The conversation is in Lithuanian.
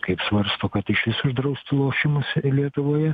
kaip svarsto kad iš vis uždraust lošimus lietuvoje